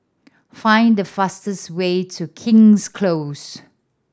find the fastest way to King's Close